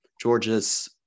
Georgia's